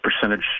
percentage